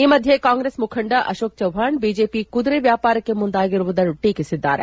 ಈ ಮಧ್ಯೆ ಕಾಂಗ್ರೆಸ್ ಮುಖಂಡ ಅಶೋಕ್ ಚವಾಣ್ ಬಿಜೆಪಿ ಕುದುರೆ ವ್ಯಾಪಾರಕ್ಕೆ ಮುಂದಾಗಿರುವುದನ್ನು ಟೀಕಿಸಿದ್ದಾರೆ